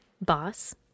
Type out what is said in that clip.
Boss